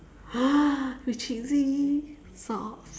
with cheesy sauce